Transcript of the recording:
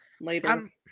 later